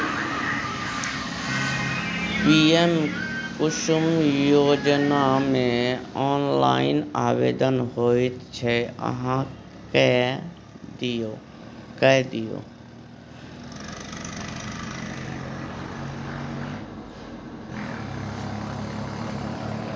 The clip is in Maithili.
पीएम कुसुम योजनामे ऑनलाइन आवेदन होइत छै अहाँ कए दियौ